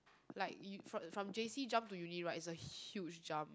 like you from from J_C jump to uni right it's a huge jump